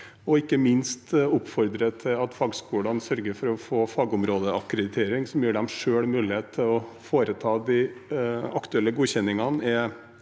og ikke minst oppfordre til at fagskolene sørger for å få fagområdeakkreditering som gir dem selv mulighet til å foreta de aktuelle godkjenningene,